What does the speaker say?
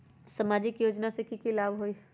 सामाजिक योजना से की की लाभ होई?